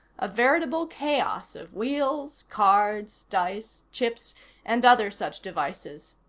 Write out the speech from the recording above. a veritable chaos of wheels, cards, dice, chips and other such devices.